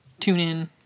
TuneIn